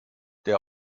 der